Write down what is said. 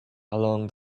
along